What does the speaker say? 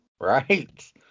Right